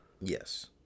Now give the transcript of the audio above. yes